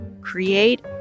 create